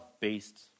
based